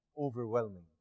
overwhelming